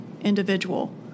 individual